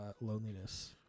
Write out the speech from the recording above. loneliness